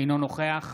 אינו נוכח